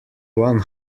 one